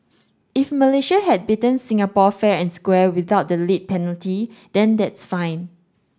if Malaysia had beaten Singapore fair and square without the late penalty then that's fine